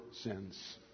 sins